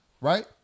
right